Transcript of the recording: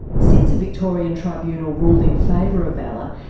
since a victorian tribunal ruled in favour of ella,